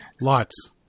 Lots